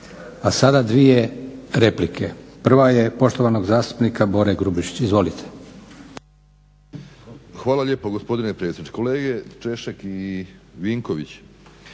A sada dvije replike. Prva je poštovanog zastupnika Bore Grubišića. Izvolite. **Grubišić, Boro (HDSSB)** Hvala lijepa gospodine predsjedniče. Kolege Češek i Vinković